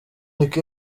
nick